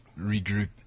regroup